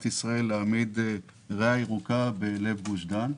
ישראל להעמיד ריאה ירוקה בלב גוש דן.